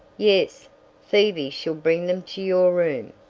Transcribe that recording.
yes phoebe shall bring them to your room.